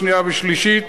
שנייה ושלישית